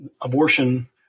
abortion